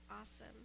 awesome